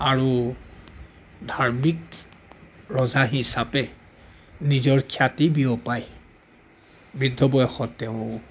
আৰু ধাৰ্মিক ৰজা হিচাপে নিজৰ খ্যাতি বিয়পাই বৃদ্ধ বয়সত তেওঁ